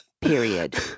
period